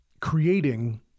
creating